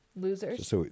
Losers